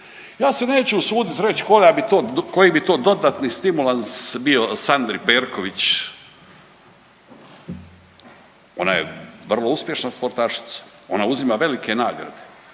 Ja se neću usudit reć koja bi to, koji bi to dodatni stimulans bio Sandri Perković, ona je vrlo uspješno sportašica, ona uzima velike nagrade,